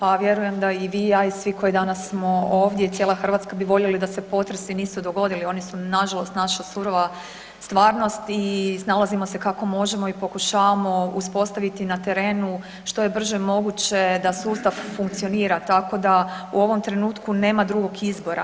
Pa vjerujem da i vi i ja i svi koji danas smo ovdje i cijela Hrvatska bi voljeli da se potresi nisu dogodili, oni su nažalost, naša surova stvarnost i snalazimo se kako možemo i pokušavamo uspostaviti na terenu što je brže moguće da sustav funkcionira, tako da u ovom trenutku nema drugog izbora.